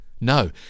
no